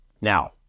Now